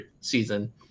season